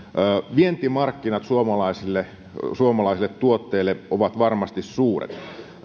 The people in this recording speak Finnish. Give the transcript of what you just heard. vientimarkkinat suomalaisille suomalaisille tuotteille ovat varmasti suuret